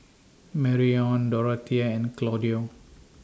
Marrion Dorathea and Claudio